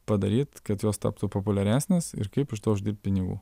padaryt kad jos taptų populiaresnės ir kaip uždirbt pinigų